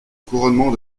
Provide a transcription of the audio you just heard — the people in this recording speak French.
couronnement